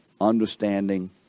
understanding